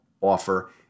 offer